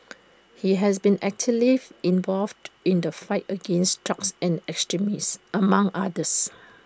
he has been actively involved in the fight against drugs and extremism among others